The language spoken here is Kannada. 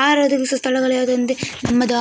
ಆಹಾರ ಒದಗಿಸುವ ಸ್ಥಳಗಳು ಯಾವುದಂದ್ರೆ ನಮ್ಮದು